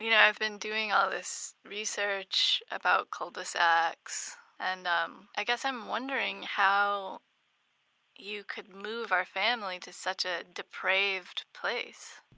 you know i've been doing all this research about cul-de-sacs and um i guess i'm wondering how you could move our family to such a depraved place?